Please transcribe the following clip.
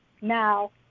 Now